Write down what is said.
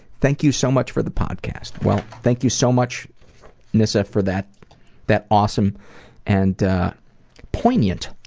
thank you so much for the podcast. well thank you so much nissa for that that awesome and poignant